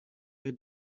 they